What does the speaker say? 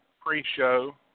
pre-show